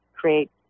create